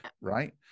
Right